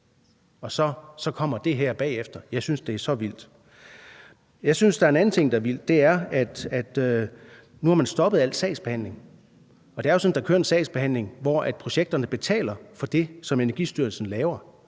og så kommer det her bagefter. Jeg synes, det er så vildt. Jeg synes, der er en anden ting, der er vild. Det er, at nu har man stoppet al sagsbehandling. Det er jo sådan, at der kører en sagsbehandling, hvor projekterne betaler for det, som Energistyrelsen laver,